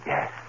Yes